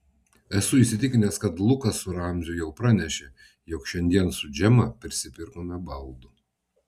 esu įsitikinęs kad lukas su ramziu jau pranešė jog šiandien su džema prisipirkome baldų